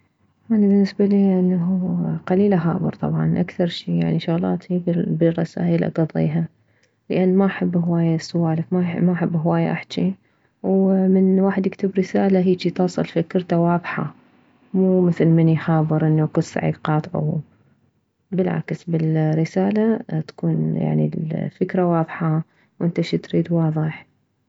اني بالنسبة الي انه قليل اخابر طبعا اكثر شي يعني شغلاتي بالرسايل اكضيها لان ما احب هواية السوالف ما احب هواية احجي ومن واحد يكتب رسالة هيجي توصل فكرته واضحة مو مثل من يخابر انه كلسع يقاطعوه بالعكس بالرسالة تكون يعني الفكرة واضحة انت شتريد واضح